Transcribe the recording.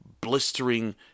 blistering